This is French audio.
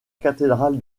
cathédrale